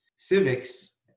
civics